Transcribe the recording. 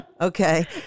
Okay